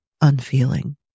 unfeeling